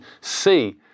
see